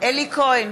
אלי כהן,